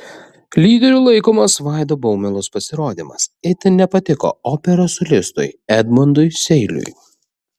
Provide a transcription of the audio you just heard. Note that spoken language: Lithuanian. lyderiu laikomas vaido baumilos pasirodymas itin nepatiko operos solistui edmundui seiliui